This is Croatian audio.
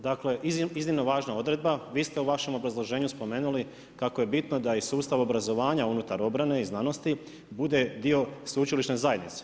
Dakle iznimno važna odredba, vi ste u vašem obrazloženju spomenuli kako je bitno da iz sustava obrazovanja unutar obrane i znanosti bude dio sveučilišne zajednice.